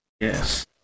Yes